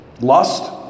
lust